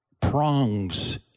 prongs